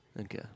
Okay